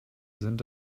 sind